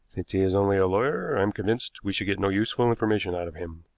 since he is only a lawyer, i am convinced we should get no useful information out of him.